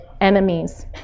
enemies